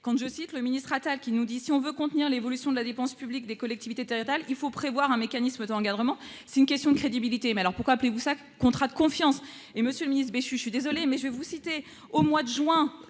quand je cite le ministre Atal qui nous dit : si on veut contenir l'évolution de la dépense publique des collectivités territoriales, qu'il faut prévoir un mécanisme d'encadrement, c'est une question de crédibilité, mais alors pourquoi appelez-vous ça contrat de confiance et Monsieur le Ministre, Béchu, je suis désolé, mais je vais vous citer au mois de juin